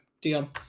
deal